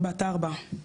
בת ארבע.